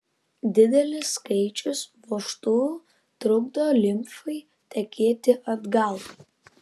didelis skaičius vožtuvų trukdo limfai tekėti atgal